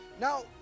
now